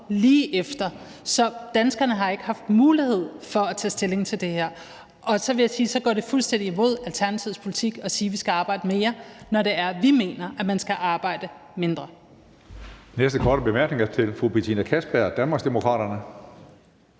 lige efter et valg, så danskerne har ikke haft mulighed for at tage stilling til det her. Så vil jeg sige, at det går fuldstændig imod Alternativets politik at sige, at vi skal arbejde mere, når det er, at vi mener, at man skal arbejde mindre. Kl. 19:57 Tredje næstformand (Karsten Hønge): Næste korte bemærkning er til fru Betina Kastbjerg, Danmarksdemokraterne.